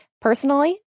Personally